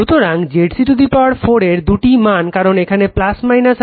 সুতরাং ZC 4 এর দুটি মান কারণ এখানে আছে